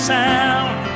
sound